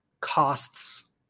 costs